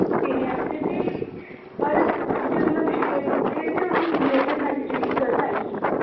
सीनै आस्तै पर जदूं में पिच्छले बारी दित्ते हे ते ओह्दी मिज़रमेंट जेह्ड़ी ऐ गलत आई ही